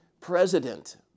president